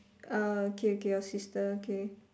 uh okay okay your sister okay